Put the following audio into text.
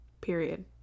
Period